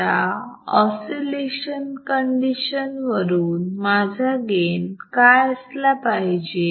आता oscillation condition वरून माझा गेन काय असला पाहिजे